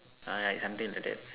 uh like something like that